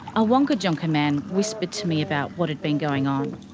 a wangkatjungka man whispered to me about what had been going on.